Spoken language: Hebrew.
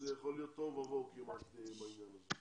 זה יכול לגרום לתוהו ובוהו בעניין הזה.